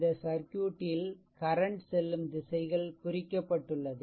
இந்த சர்க்யூட் ல் கரண்ட் செல்லும் திசைகள் குரிக்கப்பட்டுள்ளது